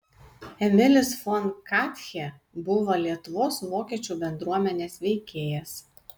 emilis fon katchė buvo lietuvos vokiečių bendruomenės veikėjas